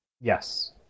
Yes